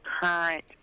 current